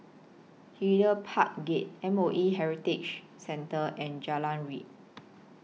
Hyde Park Gate M O E Heritage Centre and Jalan Ria